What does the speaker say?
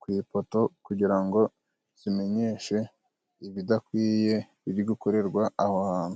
ku ipoto, kugira ngo zimenyeshe ibidakwiye biri gukorerwa aho hantu.